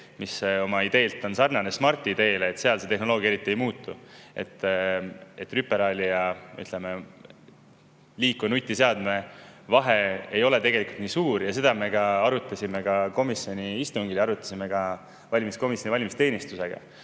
mis oma ideelt on sarnane Smart‑ID‑ga, seal see tehnoloogia eriti ei muutu. Rüperaali ja liikuva nutiseadme vahe ei ole tegelikult nii suur. Me arutasime ka komisjoni istungil, arutasime ka valimiskomisjoni ja valimisteenistusega,